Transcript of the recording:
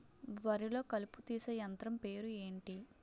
వరి లొ కలుపు తీసే యంత్రం పేరు ఎంటి?